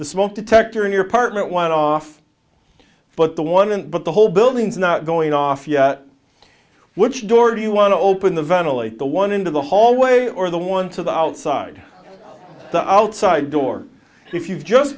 the smoke detector in your apartment went off but the one in but the whole building's not going off yet which door do you want to open the ventilate the one into the hallway or the one to the outside the outside door if you've just